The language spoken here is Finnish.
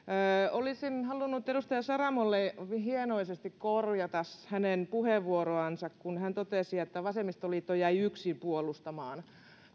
olisin halunnut edustaja saramolle hienoisesti korjata hänen puheenvuoroansa kun hän totesi että vasemmistoliitto jäi yksin puolustamaan